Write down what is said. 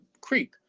creek